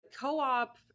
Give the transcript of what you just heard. co-op